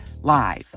live